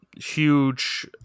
huge